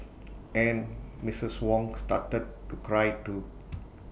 and Mrs Wong started to cry too